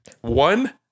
One